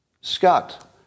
Scott